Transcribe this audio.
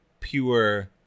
pure